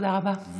תודה רבה.